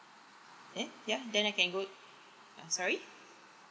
eh ya then I can go uh sorry